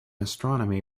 astronomy